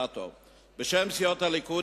בשם סיעות הליכוד,